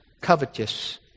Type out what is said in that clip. covetous